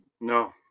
No